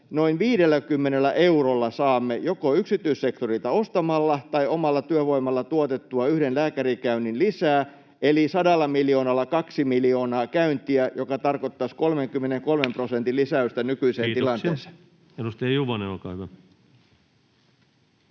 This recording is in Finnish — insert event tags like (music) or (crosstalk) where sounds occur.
noin 50 eurolla saamme joko yksityissektorilta ostamalla tai omalla työvoimalla tuotettua yhden lääkärikäynnin lisää, eli 100 miljoonalla kaksi miljoonaa käyntiä, mikä tarkoittaisi 33 prosentin (noise) lisäystä nykyiseen tilanteeseen. [Speech 340] Speaker: